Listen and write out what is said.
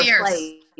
place